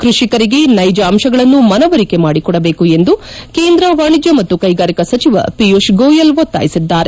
ಕ್ರಷಿಕರಿಗೆ ನೈಜ ಅಂಶಗಳನ್ನು ಮನವರಿಕೆ ಮಾಡಿಕೊಡಬೇಕು ಎಂದು ಕೇಂದ್ರ ವಾಣಿಜ್ಞ ಮತ್ತು ಕೈಗಾರಿಕಾ ಸಚಿವ ಪಿಯೂಷ್ ಗೋಯಲ್ ಒತ್ತಾಯಿಸಿದ್ದಾರೆ